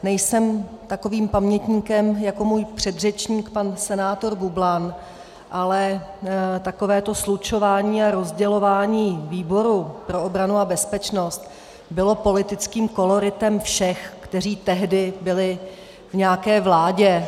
Nejsem takovým pamětníkem jako můj předřečník pan senátor Bublan, ale takové to slučování a rozdělování výboru pro obranu a bezpečnost bylo politickým koloritem všech, kteří tehdy byli v nějaké vládě.